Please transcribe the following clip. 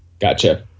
gotcha